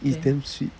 it's damn sweet